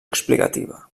explicativa